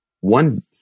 one